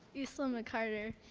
usla mccarter.